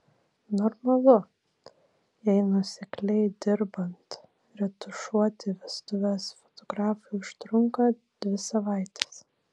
normalu jei nuosekliai dirbant retušuoti vestuves fotografui užtrunka dvi savaites